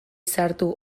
sartu